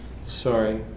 sorry